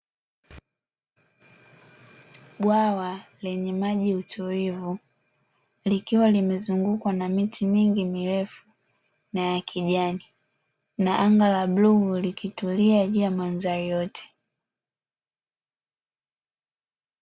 Bwawa lenye maji tulivu likiwa limezungukwa na miti mingi mirefu na ya kijani, na anga la bluu likitulia juu ya mandhari yote.